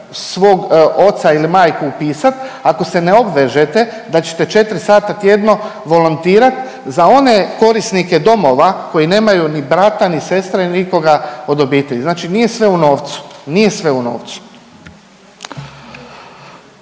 svog oca ili majku upisat ako se ne obvežete da ćete 4 sata tjedno volontirat za one korisnike domova koji nemaju ni brata, ni sestre, nikoga od obitelji, znači nije sve u novcu,